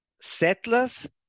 settlers